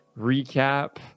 recap